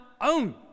own